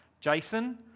Jason